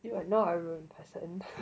you are not a ruined person